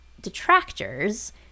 detractors